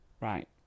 Right